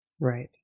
Right